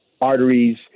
arteries